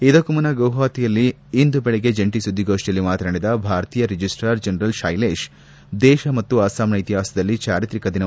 ಇದಕ್ಕೂ ಮುನ್ನ ಗುವಹಾತಿಯಲ್ಲಿ ಇಂದು ಬೆಳಗ್ಗೆ ಜಂಟ ಸುದ್ದಿಗೋಷ್ನಿಯಲ್ಲಿ ಮಾತನಾಡಿದ ಭಾರತೀಯ ರಿಜಿಸ್ಸರ್ ಜನರಲ್ ಶೈಲೇಶ್ ದೇಶ ಮತ್ತು ಅಸ್ಸಾಂನ ಇತಿಹಾಸದಲ್ಲಿ ಚಾರಿತ್ರಿಕ ದಿನ